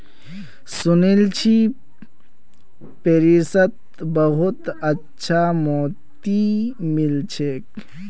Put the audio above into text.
सुनील छि पेरिसत बहुत अच्छा मोति मिल छेक